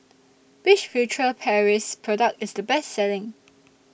Which Furtere Paris Product IS The Best Selling